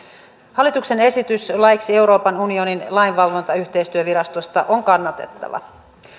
hallituksen esitys laiksi euroopan unionin lainvalvontayhteistyövirastosta on kannatettava